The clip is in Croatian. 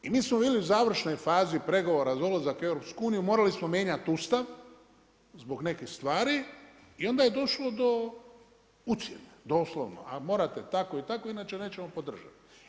I mi smo bili u završnoj fazi pregovora za ulazak u EU, morali smo mijenjati Ustav zbog nekih stvari i onda je došlo do ucjena, doslovno, a morate tako i tako inače nećemo podržati.